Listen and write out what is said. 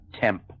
temp